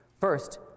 First